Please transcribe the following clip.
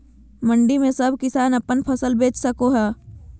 मंडी में सब किसान अपन फसल बेच सको है?